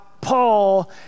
Paul